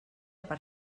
per